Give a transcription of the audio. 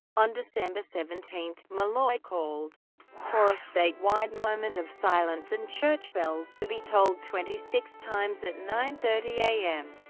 on december seventeen, malloy called for a statewide moment of silence and church bells to be tolled twenty six times at nine thirty a m.